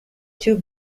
two